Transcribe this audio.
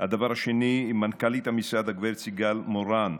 2. מנכ"לית המשרד, הגב' סיגל מורן,